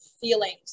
feelings